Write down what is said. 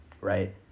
Right